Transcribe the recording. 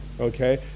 Okay